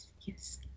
Yes